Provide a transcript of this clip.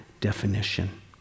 definition